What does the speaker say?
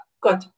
good